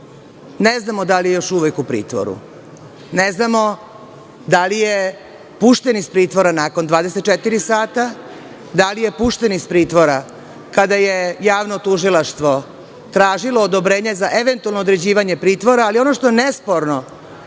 Ne znamo da li je još uvek u pritvoru, ne znamo da li je pušten iz pritvora nakon 24 časa, da li je pušten iz pritvora kada je Javno tužilaštvo tražilo odobrenje za eventualno određivanje pritvora, ali ono što je nesporno